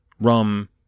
rum